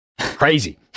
Crazy